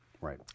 Right